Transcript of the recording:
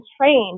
trained